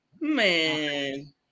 Man